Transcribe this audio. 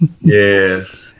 Yes